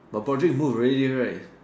but Broad rick road really write